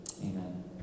Amen